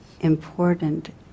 important